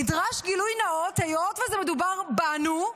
נדרש גילוי נאות, היות שמדובר בנו.